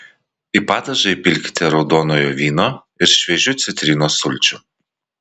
į padažą įpilkite raudonojo vyno ir šviežių citrinos sulčių